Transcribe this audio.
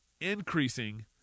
increasing